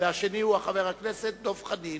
והשני הוא חבר הכנסת דב חנין.